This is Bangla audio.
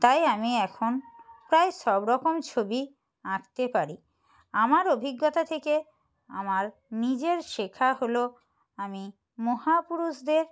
তাই আমি এখন প্রায় সব রকম ছবি আঁকতে পারি আমার অভিজ্ঞতা থেকে আমার নিজের শেখা হলো আমি মহাপুরুষদের